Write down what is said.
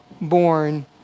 born